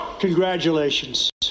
congratulations